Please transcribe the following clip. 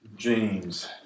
James